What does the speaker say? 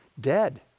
dead